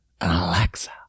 Alexa